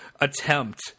attempt